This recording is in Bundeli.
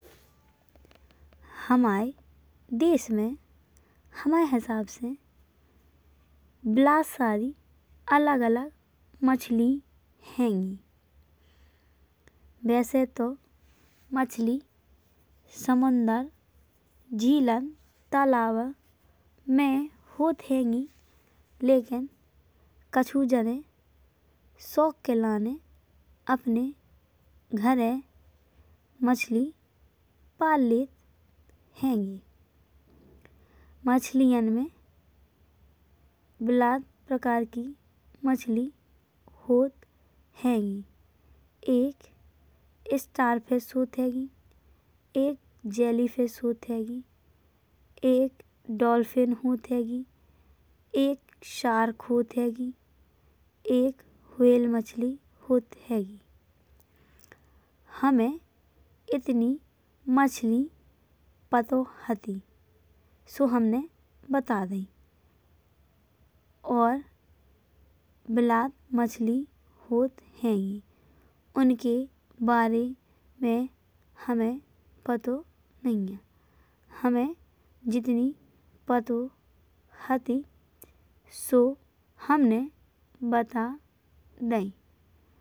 हमाए देश में हमाए हिसाब से बिलायत सरी अलग अलग मछली हैंगी। वैसे तो मछली समुदर झीलन तालब में होत हैंगी। लेकिन कुछु जगह शौक के लाने अपने घरे मछली पाल लेत हैंगे। मछलियन में बिलायत प्रकार की मछली होत हैंगी। एक स्टार फिश होत हैंगी एक जैली फिश होत हैंगी। एक डॉल्फिन होत हैंगी एक शार्क होत हैंगी एक व्हेल मछली होत हैंगी। हमें इति मछली पता हती सो हमने बता दई और बिलायत मछली होत हैंगी। उनके बारे में हमें पता नइया हमें जितनी पता हती सो हमने बता दई।